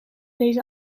deze